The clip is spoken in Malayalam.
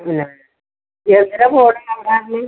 ഇല്ല ഇതെന്തിനാ പോവുന്നത് അവിടെ ഇന്ന്